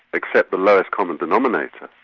accept the lowest common denominator,